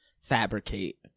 fabricate